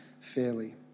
fairly